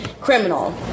criminal